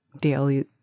daily